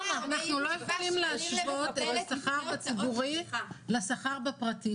אנחנו לא יכולים להשוות את השכר בציבורי לשכר בפרטי,